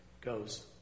goes